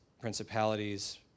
principalities